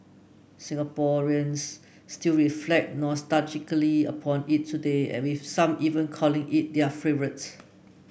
Singaporeans still reflect nostalgically upon it today with some even calling it their favourite